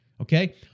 okay